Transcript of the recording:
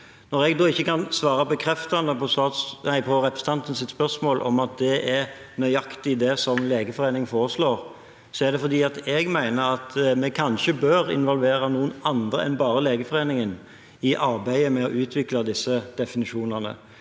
Når jeg ikke kan svare bekreftende på representantens spørsmål om at det er nøyak tig det som Legeforeningen foreslår, er det fordi jeg mener at vi kanskje bør involvere noen andre enn bare Legeforeningen i arbeidet med å utvikle disse definisjonene.